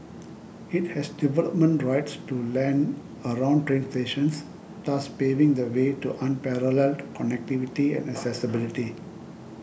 it has development rights to land around train stations thus paving the way to unparalleled connectivity and accessibility